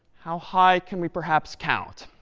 how high can we, perhaps, count?